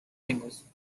singles